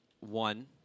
One